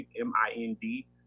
M-I-N-D